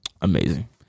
Amazing